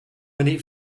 minute